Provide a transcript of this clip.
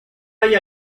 hay